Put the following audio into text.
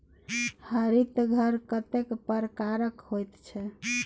हरित घर कतेक प्रकारक होइत छै?